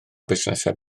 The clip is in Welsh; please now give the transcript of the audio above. busnesau